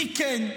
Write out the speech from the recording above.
מי כן.